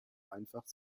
einfach